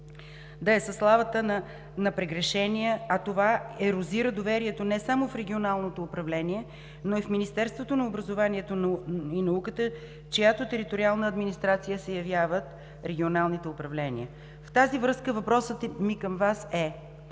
да е със славата на прегрешения, а това ерозира доверието не само в регионалното управление, но и в Министерството на образованието и науката, чиято териториална администрация се явяват регионалните управления. Във връзка с това въпросът ми към Вас е: